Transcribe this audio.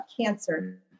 cancer